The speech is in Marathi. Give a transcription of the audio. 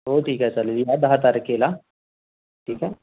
हो ठीक आहे चालेल या दहा तारखेला ठीक आहे